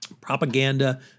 propaganda